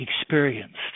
experienced